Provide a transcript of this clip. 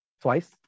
Twice